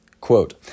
Quote